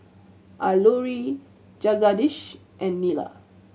Alluri Jagadish and Neila